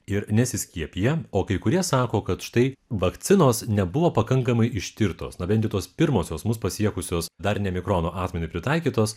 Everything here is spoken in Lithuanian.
ir nesiskiepija o kai kurie sako kad štai vakcinos nebuvo pakankamai ištirtos numindytos pirmosios mus pasiekusios dar ne mikrono akmeniu pritaikytos